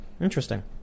Interesting